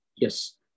Yes